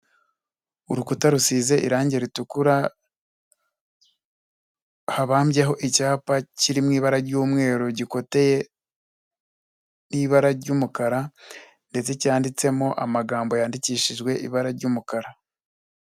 Urukuta rusize irange rutukura habambyeho icyapa kiri mu ibara ry'umweru gikoteye n'ibara ry'umukara ndetse cyanditsemo amagambo yandikishijwe ibara ry'umukara.